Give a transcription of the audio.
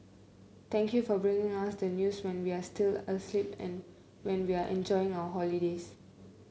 thank you for bringing us the news when we are still asleep and when we are enjoying our holidays